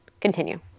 Continue